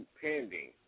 pending